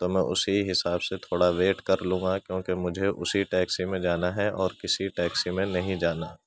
تو میں اسی حساب سے تھوڑا ویٹ کر لوں گا کیونکہ مجھے اسی ٹیکسی میں جانا ہے اور کسی ٹیکسی میں نہیں جانا